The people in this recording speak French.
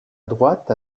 droite